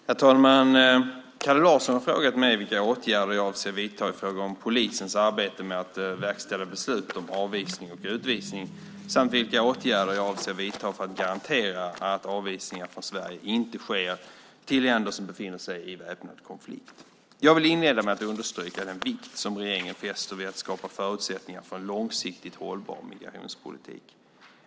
Herr talman! Kalle Larsson har frågat mig vilka åtgärder jag avser att vidta i fråga om polisens arbete med att verkställa beslut om avvisning och utvisning samt vilka åtgärder jag avser att vidta för att garantera att avvisningar från Sverige inte sker till länder som befinner sig i väpnad konflikt. Jag vill inleda med att understryka den vikt som regeringen fäster vid att skapa förutsättningar för en långsiktigt hållbar migrationspolitik.